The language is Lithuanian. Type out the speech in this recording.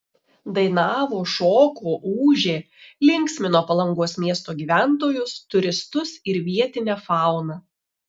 dainavo šoko ūžė linksmino palangos miesto gyventojus turistus ir vietinę fauną